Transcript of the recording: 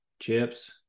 chips